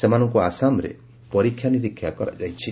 ସେମାନଙ୍କୁ ଆସାମରେ ପରୀକ୍ଷାନିରୀକ୍ଷା କରାଯାଇଛି